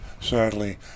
sadly